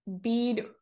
bead